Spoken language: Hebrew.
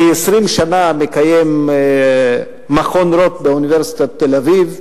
כ-20 שנה מקיים מכון רוט באוניברסיטת תל-אביב,